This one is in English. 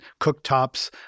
cooktops